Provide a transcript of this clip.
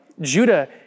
Judah